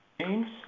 James